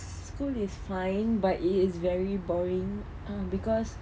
school is fine but it is very boring um because